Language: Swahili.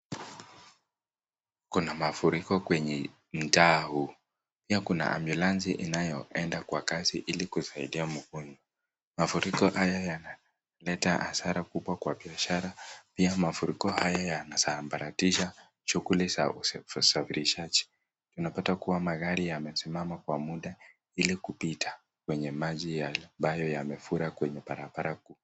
Kuna mafuriko kwenye mtaa huu, pia kuna ambulansi inayoenda kwa kadi ili kusaidia mgonjwa. Mafuriko haya yanaleta hasara kubwa kwa biashara pia mafuriko haya yanasambaratisha shughuli za usafirishaji, unapata kuwa magari yamesimama kwa muda ili kupita kwenye maji yale ambayo yamefura kwenye barabara kuu.